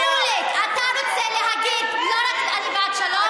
שמולי, אתה רוצה להגיד, אני לא רק בעד שלום,